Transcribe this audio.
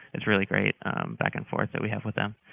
it's really great back and forth that we have with them,